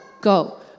go